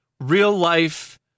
real-life